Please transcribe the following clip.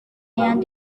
yang